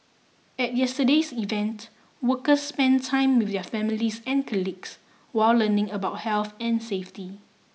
at yesterday's event workers spent time with their families and colleagues while learning about health and safety